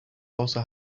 also